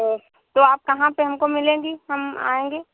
तो तो आप कहाँ पर हमको मिलेंगी हम आएंगे